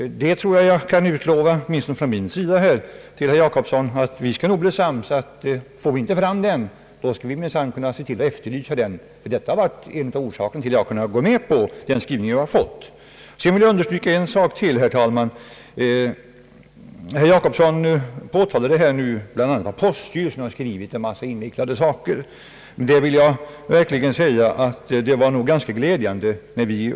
Åtminstone från min sida kan jag lova herr Jacobsson, att om vi inte får fram denna utredning, skall vi nog bli sams om att efterlysa den. Detta har varit en av orsakerna till att jag kunnat gå med på den skrivning vi fått. Så vill jag understryka ännu en sak, herr talman. Herr Jacobsson påtalade, att poststyrelsen skrivit en massa invecklade saker.